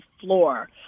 floor